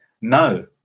no